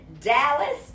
Dallas